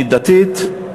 מידתית,